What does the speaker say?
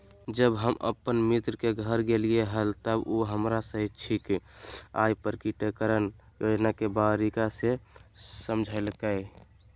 जब हम अपन मित्र के घर गेलिये हल, त उ हमरा स्वैच्छिक आय प्रकटिकरण योजना के बारीकि से समझयलकय